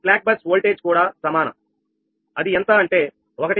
మందగింపు bus voltage కూడా సమానం అది ఎంత అంటే 1